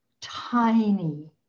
Tiny